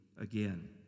again